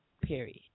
period